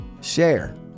Share